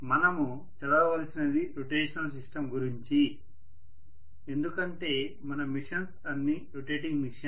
మనము చదవవలసినది rotational system గురించి ఎందుకంటే మన మిషన్స్ అన్నీ రొటేటింగ్ మిషన్స్